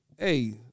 Hey